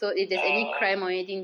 oh